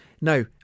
Now